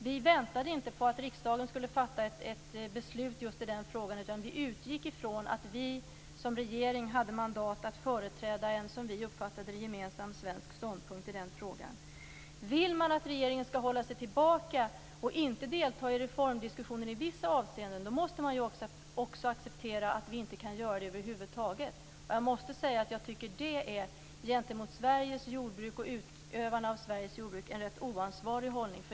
Vi väntade inte på att riksdagen skulle fatta ett beslut i just den frågan, utan vi utgick från att regeringen hade mandat att företräda en, som vi uppfattade, gemensam svensk ståndpunkt i frågan. Om man vill att regeringen skall hålla sig tillbaka och inte delta i reformdiskussionen i vissa avseenden, måste man acceptera att det inte går över huvud taget. Det är en gentemot utövarna av Sveriges jordbruk oansvarig hållning.